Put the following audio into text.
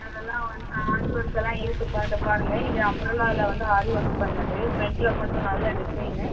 அதெல்லாம் வந்து ஆரி ஒர்க்கெல்லாம் இருக்குதுப்பா இதை பாருங்க இது அம்ப்ரெல்லாம் வந்து ஆரி ஒர்க் பண்ணது ஃப்ரண்ட்டில் மட்டும் நல்ல டிசைன்னு